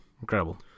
incredible